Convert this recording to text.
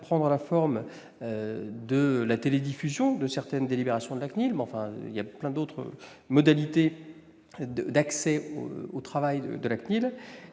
prendre la forme de la télédiffusion de certaines délibérations de la CNIL, mais il existe de nombreuses autres modalités d'accès au travail de cette